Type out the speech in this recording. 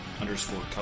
underscore